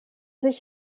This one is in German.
sich